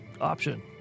option